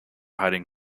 hiding